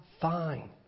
fine